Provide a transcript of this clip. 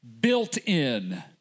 built-in